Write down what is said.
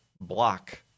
block